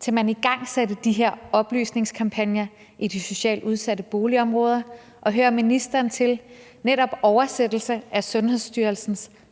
til man igangsatte de her oplysningskampagner i de socialt udsatte boligområder? Og så vil jeg høre ministeren i forhold til netop oversættelsen af Sundhedsstyrelsens retningslinjer: